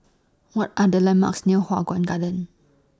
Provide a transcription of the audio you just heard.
What Are The landmarks near Hua Guan Garden